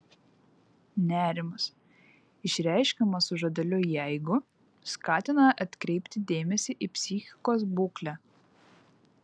nerimas išreiškiamas su žodeliu jeigu skatina atkreipti dėmesį į psichikos būklę